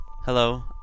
Hello